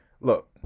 look